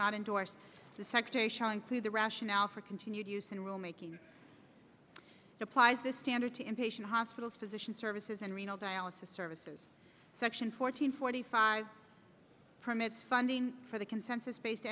not endorse the secretary showing through the rationale for continued use and rulemaking applies the standard to inpatient hospitals physician services and renal dialysis services section four hundred forty five permits funding for the consensus based